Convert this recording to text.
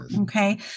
Okay